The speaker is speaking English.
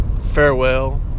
farewell